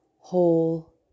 whole